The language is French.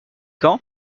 quand